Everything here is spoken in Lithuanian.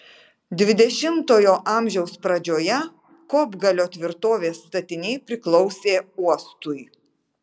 dvidešimtojo amžiaus pradžioje kopgalio tvirtovės statiniai priklausė uostui